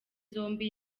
zombi